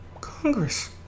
Congress